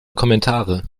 kommentare